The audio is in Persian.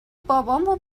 بابامو